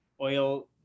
oil